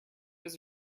his